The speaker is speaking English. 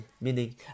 Meaning